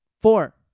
Four